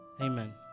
Amen